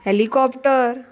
helicopter